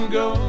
go